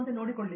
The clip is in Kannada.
professor S